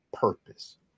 purpose